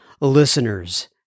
listeners